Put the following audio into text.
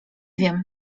wiem